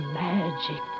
magic